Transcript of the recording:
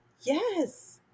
yes